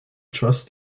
trust